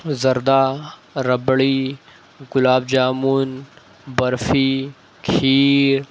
زردہ rabri gulab jamun barfi کھیر